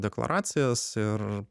deklaracijas ir